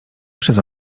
przez